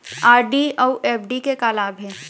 RD अऊ FD के का लाभ हे?